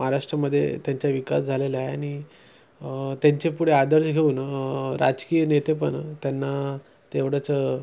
महाराष्ट्रामध्ये त्यांचा विकास झालेला आहे आणि त्यांचे पुढे आदर्श घेऊन राजकीय नेते पण त्यांना तेवढंच